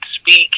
speak